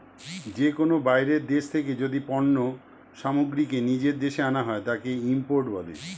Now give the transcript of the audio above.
যে কোনো বাইরের দেশ থেকে যদি পণ্য সামগ্রীকে নিজের দেশে আনা হয়, তাকে ইম্পোর্ট বলে